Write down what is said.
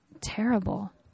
terrible